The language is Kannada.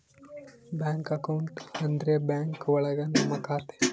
ಬ್ಯಾಂಕ್ ಅಕೌಂಟ್ ಅಂದ್ರೆ ಬ್ಯಾಂಕ್ ಒಳಗ ನಮ್ ಖಾತೆ